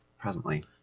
presently